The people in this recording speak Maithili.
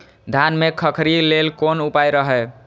धान में खखरी लेल कोन उपाय हय?